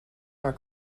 our